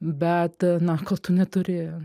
bet na kol tu neturi